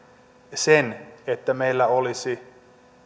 sen että meillä